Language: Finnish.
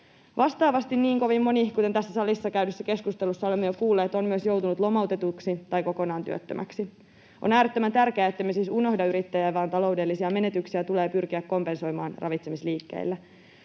Vastaavasti niin kovin moni, kuten tässä salissa käydyssä keskustelussa olemme jo kuulleet, on joutunut lomautetuksi tai kokonaan työttömäksi. On äärettömän tärkeää, ettemme me siis unohda yrittäjiä, vaan taloudellisia menetyksiä tulee pyrkiä kompensoimaan ravitsemisliikkeille.